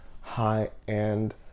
high-end